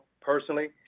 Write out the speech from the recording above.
personally